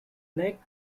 neck